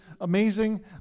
amazing